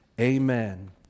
Amen